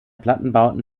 plattenbauten